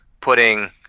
putting